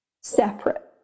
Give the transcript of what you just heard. separate